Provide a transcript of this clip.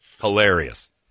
Hilarious